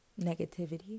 negativity